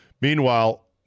Meanwhile